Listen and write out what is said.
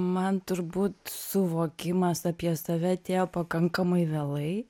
man turbūt suvokimas apie save atėjo pakankamai vėlai